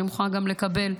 אני מוכנה גם לקבל,